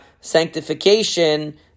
sanctification